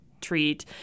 Treat